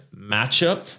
matchup